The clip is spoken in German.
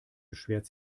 beschwert